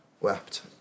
wept